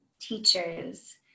teachers